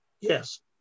Yes